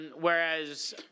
Whereas